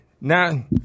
Now